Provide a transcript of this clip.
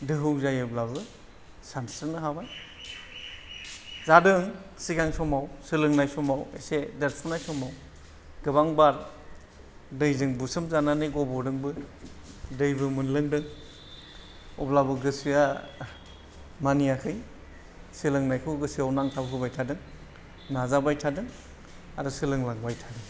दोहौ जायोब्लाबो सानस्रिनो हाबाय जादों सिगां समाव सोलोंनाय समाव एसे देरफुनाय समाव गोबां बार दैजों बुसोम जानानै गबदोंबो दैबो मोनलोंदों अब्लाबो गोसोआ मानिआखै सोलोंनायखौ गोसोआव नांथाब होबाय थादों नाजाबाय थादों आरो सोलोंलांबाय थादों